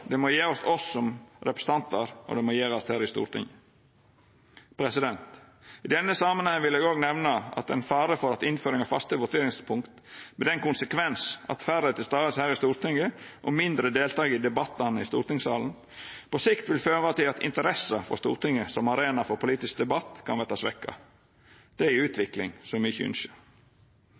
Det må gjerast av oss som representantar, og det må gjerast her i Stortinget. I denne samanhengen vil eg òg nemna at det er ein fare for at innføring av faste voteringstidspunkt, med den konsekvensen at færre er til stades her i Stortinget, og at det difor vert mindre deltaking i debattane i stortingssalen, på sikt vil føra til at interessa for Stortinget som arena for politisk debatt kan verta svekt. Det er ei utvikling me ikkje ynskjer.